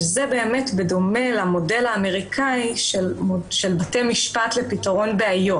בדומה למודל האמריקאי של בתי משפט לפתרון בעיות.